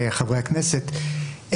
חברי הכנסת,